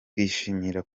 twishimira